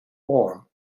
form